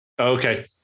Okay